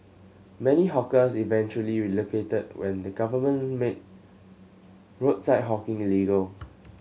many hawkers eventually relocated when the government made roadside hawking illegal